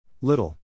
Little